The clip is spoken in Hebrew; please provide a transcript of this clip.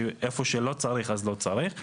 שאיפה שלא צריך אז לא צריך.